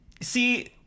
see